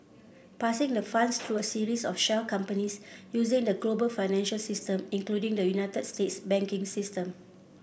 passing the funds through a series of shell companies using the global financial system including the United States banking system